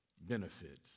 benefits